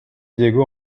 diego